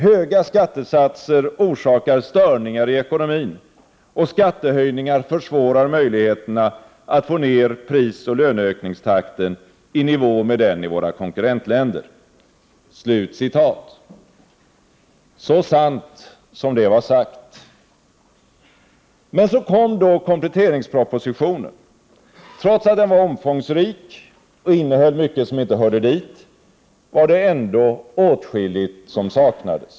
Höga skattesatser orsakar störningar i ekonomin och skattehöjningar försvårar möjligheterna att få ned prisoch löneökningstakten i nivå med den i våra konkurrentländer.” Det var så sant som det var sagt. Så kom då kompletteringspropositionen. Trots att den var omfångsrik och innehöll mycket som inte hörde dit, var det ändå åtskilligt som saknades.